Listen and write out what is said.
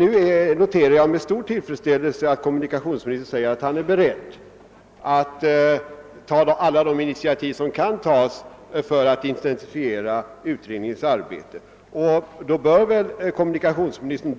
Jag noterar med stor tillfredsställelse att kommunikationsministern säger sig vara beredd att ta alla tänkbara initiativ för att intensifiera utredningens arbete, men då bör väl kommunikationsministern